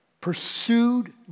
pursued